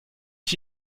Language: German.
ich